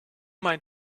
mijn